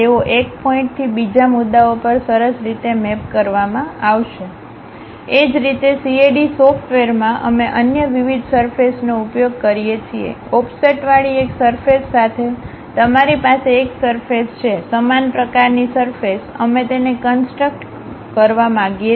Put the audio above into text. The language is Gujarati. તેઓ એક પોઇન્ટથી બીજા મુદ્દાઓ પર સરસ રીતે મેપ કરવામાં આવશે એ જ રીતે CAD સોફ્ટવેરમાં અમે અન્ય વિવિધ સરફેસનો ઉપયોગ કરીએ છીએ ઓફસેટવાળી એક સરફેસ સાથે તમારી પાસે એક સરફેસ છે સમાન પ્રકારની સરફેસ અમે તેને કન્સટ્રક્ માંગીએ છીએ